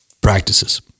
practices